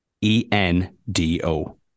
E-N-D-O